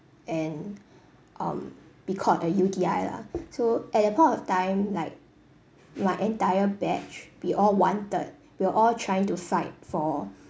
and um be called a U_D_I lah so at that point of time like my entire batch we all wanted we're all trying to fight for